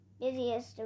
busiest